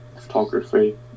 photography